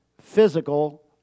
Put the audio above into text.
physical